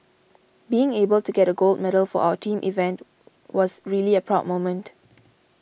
being able to get a gold medal for our team event was a really proud moment